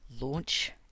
launch